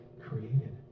created